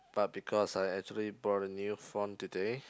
but because I actually bought a new phone today